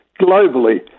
globally